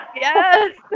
Yes